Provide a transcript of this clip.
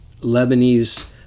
lebanese